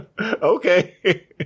Okay